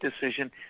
decision